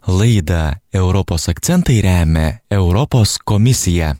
laidą europos akcentai remia europos komisija